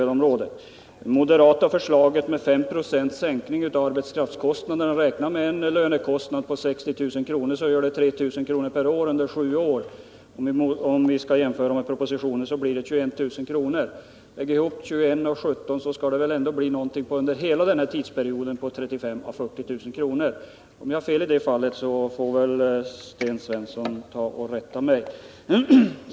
Enligt det moderata förslaget med 5 26 sänkning av arbetskraftskostnaderna blir det med en lönekostnad på 60 000 kr. 3 000 kr. per år, under sju år. Om vi skall jämföra med propositionen blir det 21 000 kr. Om man lägger ihop 21000 och 17000 blir det väl under hela denna tidsperiod någonting mellan 35 000 och 40 000 kr. Om jag har fel i det fallet får väl Sten Svensson rätta mig.